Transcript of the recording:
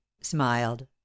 smiled